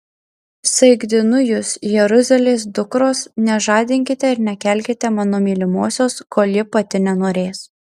saikdinu jus jeruzalės dukros nežadinkite ir nekelkite mano mylimosios kol ji pati nenorės